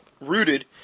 rooted